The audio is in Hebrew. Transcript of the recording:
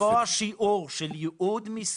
מה שמוצע זה לקבוע שיעור של ייעוד משרות,